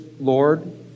Lord